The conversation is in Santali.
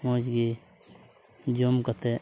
ᱢᱚᱡᱽ ᱜᱮ ᱡᱚᱢ ᱠᱟᱛᱮᱫ